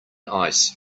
ice